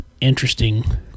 interesting